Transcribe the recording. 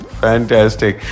fantastic